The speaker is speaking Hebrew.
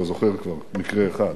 אתה זוכר כבר מקרה אחד.